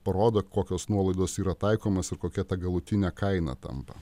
parodo kokios nuolaidos yra taikomos ir kokia ta galutinė kaina tampa